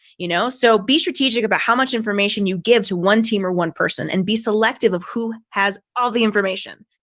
you know, so be strategic about how much information you give to one team or one person and be selective of who has all the information.